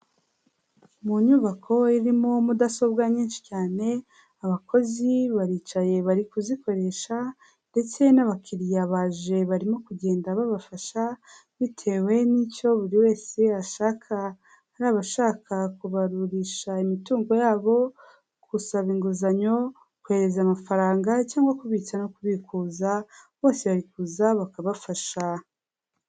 Mu nyubako irimo mudasobwa nyinshi cyane, abakozi baricaye bari kuzikoresha ndetse n'abakiriya baje barimo kugenda babafasha, bitewe n'icyo buri wese ashaka. Ari abashaka kubarurisha imitungo yabo, gusaba inguzanyo, kohereza amafaranga cyangwa kubitsa no kubikuza, bose bari kuza bakabafasha.